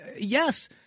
yes